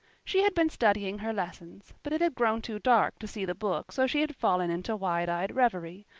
she had been studying her lessons, but it had grown too dark to see the book, so she had fallen into wide-eyed reverie,